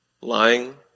lying